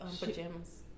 pajamas